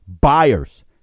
Buyers